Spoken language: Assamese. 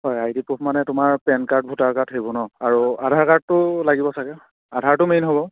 হয় আই ডি প্ৰুফ মানে তোমাৰ পেন কাৰ্ড ভোটাৰ কাৰ্ড সেইবোৰ ন আৰু আধাৰ কাৰ্ডটো লাগিব চাগে আধাৰটো মেইন হ'ব